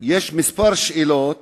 יש כמה שאלות